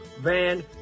Van